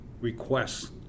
requests